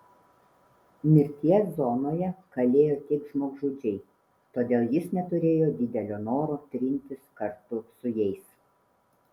mirties zonoje kalėjo tik žmogžudžiai todėl jis neturėjo didelio noro trintis kartu su jais